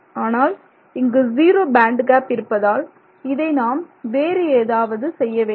ஆனால் இங்கு zero bandgap இருப்பதால் இதை நாம் வேறு ஏதாவது செய்ய வேண்டும்